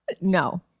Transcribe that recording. No